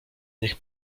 niech